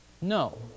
No